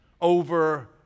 over